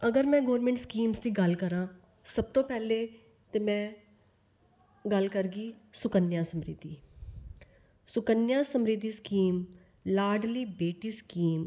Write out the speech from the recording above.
अगर में government schemes दी गल्ल करां सब तू पैह्ले ते में गल्ल करगी सुकन्या समृद्धि सकुन्या समृद्धि स्कीम लाडली बेटी स्कीम